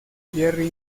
jerry